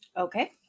Okay